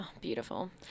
Beautiful